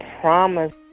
promise